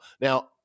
Now